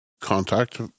contact